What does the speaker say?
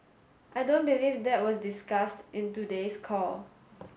I don't believe that was discussed in today's call